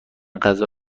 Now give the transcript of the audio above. غذا